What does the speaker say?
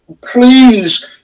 Please